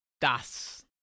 Das